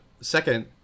second